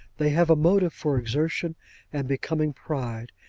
they have a motive for exertion and becoming pride,